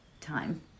time